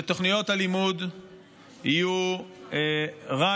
שתוכניות הלימוד יהיו רק